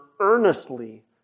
earnestly